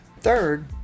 Third